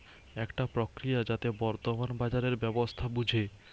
একটা প্রক্রিয়া যাতে বর্তমান বাজারের ব্যবস্থা বুঝে